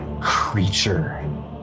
creature